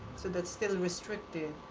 so that's still restricted.